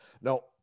No